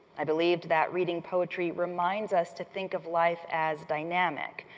i believed that reading poetry reminds us to think of life as dynamic,